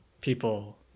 people